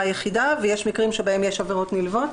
היחידה ויש מקרים שבהם יש עבירות נלוות.